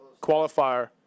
qualifier